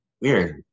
weird